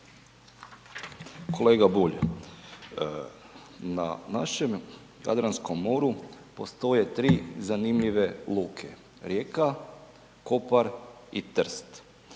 Kolega Bulj, na našem Jadranskom moru postoje tri zanimljive luke Rijeka, Kopar i Trst.